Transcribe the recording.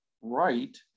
right